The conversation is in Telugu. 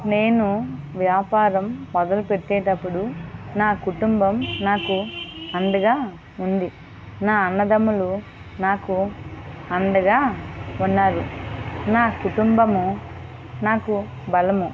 నేను వ్యాపారం మొదలు పెట్టేటప్పుడు నా కుటుంబం నాకు అండగా ఉంది నా అన్నదమ్ములు నాకు అండగా ఉన్నారు నా కుటంబము నాకు బలం